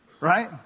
right